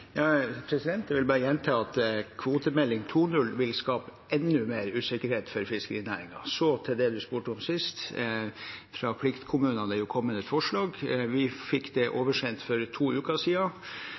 Jeg vil bare gjenta at kvotemelding 2.0 vil skape enda mer usikkerhet for fiskerinæringen. Så til det representanten spurte om sist: Fra pliktkommunene har det kommet et forslag. Vi fikk det